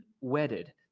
wedded